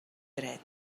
dret